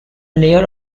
layer